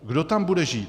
Kdo tam bude žít?